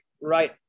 right